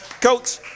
coach